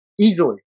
easily